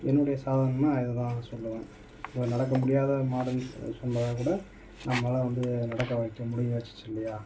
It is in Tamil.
என்னுடைய சாதனைன்னா இது தான் நான் சொல்வேன் இவ்வளோ நடக்க முடியாத மாடுன்னு சொன்னால் கூட நம்மளால வந்து நடக்க வைக்க முடிஞ்சாச்சு இல்லையா